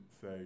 say